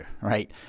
right